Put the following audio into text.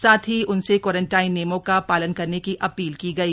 साथ ही उनसे क्वारंटाइन नियमों का पालन करने की अपील की गई